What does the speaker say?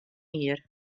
jier